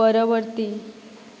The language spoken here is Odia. ପରବର୍ତ୍ତୀ